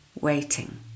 waiting